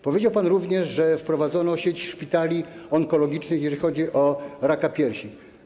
Powiedział pan również, że wprowadzono sieć szpitali onkologicznych jeżeli chodzi o raka piersi.